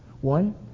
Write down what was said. One